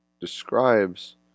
describes